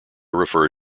refer